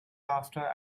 laughter